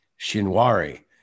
Shinwari